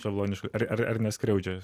šabloniškus ar ar neskriaudžia